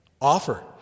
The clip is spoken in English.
offer